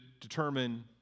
determine